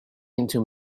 into